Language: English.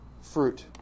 fruit